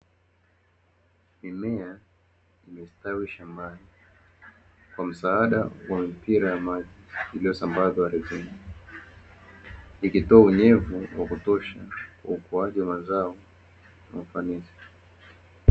Mimea imestawi shambani kwa msaada wa mipira ya maji iliyosambazwa ardhini, ikitoa unyevu wakutosha kwa ukuaji wa mazao kwa ufanisi.